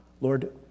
Lord